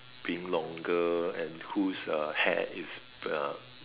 being longer and who's uh hair is uh